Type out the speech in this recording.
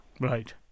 Right